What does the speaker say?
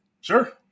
Sure